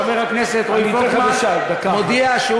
חבר הכנסת רועי פולקמן מודיע שהוא